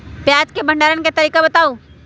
प्याज के भंडारण के तरीका बताऊ?